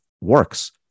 works